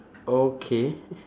okay